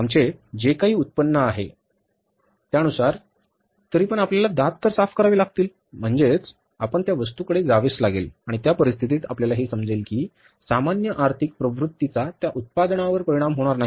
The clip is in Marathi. आमचे जे काही उत्पन्न आहे तरीपण आपले दात साफ करावे लागतील म्हणजे आपण त्या वस्तूकडे जावे लागेल आणि त्या परिस्थितीत आपल्याला हे समजेल की सामान्य आर्थिक प्रवृत्तीचा त्या उत्पादनावर परिणाम होणार नाही